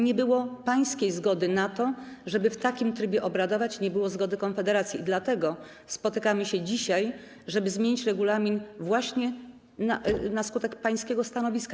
Nie było pańskiej zgody na to, żeby w takim trybie obradować, i nie było zgody Konfederacji, dlatego spotykamy się dzisiaj, żeby zmienić regulamin właśnie na skutek pańskiego stanowiska.